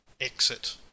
exit